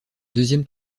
deuxième